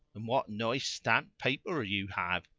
and what nice stamped paper you have!